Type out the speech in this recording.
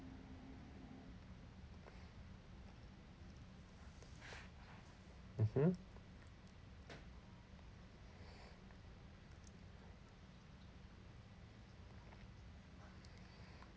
mmhmm